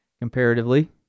Comparatively